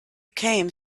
came